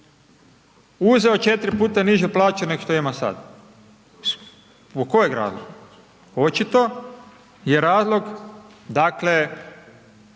uzeo 4 puta nižu plaću neg što ima sad, zbog kojeg razloga? Očito je razlog, dakle,